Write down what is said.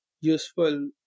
useful